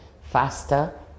faster